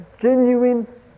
genuine